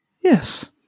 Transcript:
yes